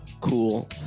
cool